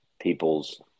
people's